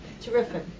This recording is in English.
Terrific